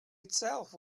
itself